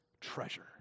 treasure